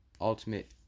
ultimate